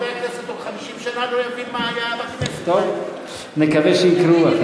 מי שיקרא את